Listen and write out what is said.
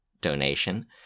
donation